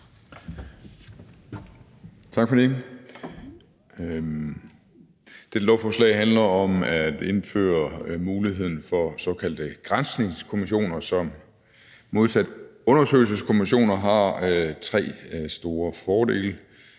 Tak for det. Dette lovforslag handler om at indføre muligheden for såkaldte granskningskommissioner, som modsat undersøgelseskommissioner har tre store fordele.